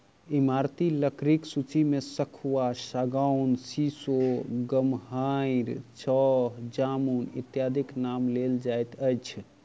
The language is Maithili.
ईमारती लकड़ीक सूची मे सखुआ, सागौन, सीसो, गमहरि, चह, जामुन इत्यादिक नाम लेल जाइत अछि